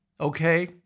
Okay